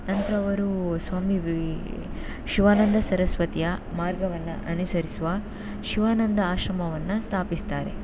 ನಂತರ ಅವರು ಸ್ವಾಮಿ ವಿ ಶಿವಾನಂದ ಸರಸ್ವತಿಯ ಮಾರ್ಗವನ್ನು ಅನುಸರಿಸುವ ಶಿವಾನಂದ ಆಶ್ರಮವನ್ನು ಸ್ಥಾಪಿಸ್ತಾರೆ